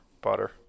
Butter